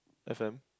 f_m